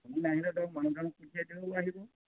গধূলি আহিলে তেতিয়া মানুহজনক পঠিয়াই দিলেও আহিব